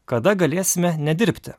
kada galėsime nedirbti